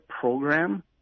program